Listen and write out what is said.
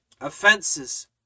Offenses